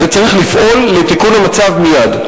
וצריך לפעול לתיקון המצב מייד.